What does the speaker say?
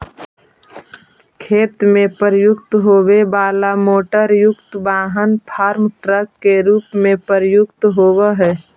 खेत में प्रयुक्त होवे वाला मोटरयुक्त वाहन फार्म ट्रक के रूप में प्रयुक्त होवऽ हई